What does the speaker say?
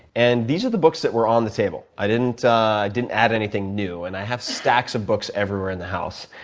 and these are the books that were on the table. i didn't ah i didn't add anything new, and i have stacks of books everywhere in the house,